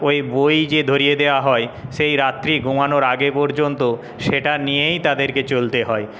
ওই বই যে ধরিয়ে দেওয়া হয় সেই রাত্রি ঘুমানোর আগে পর্যন্ত সেটা নিয়েই তাদেরকে চলতে হয়